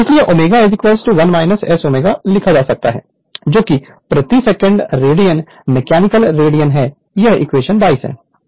इसलिए ω 1 S ω लिख सकता है जोकि प्रति सेकंड रेडियन मैकेनिकल रेडियन है यह इक्वेशन 22 है